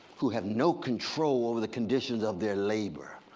who have no control over the conditions of their labor,